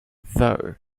though